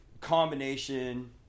combination